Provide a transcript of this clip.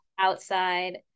Outside